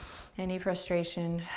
any frustration,